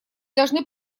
должны